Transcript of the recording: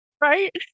Right